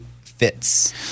fits